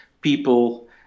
people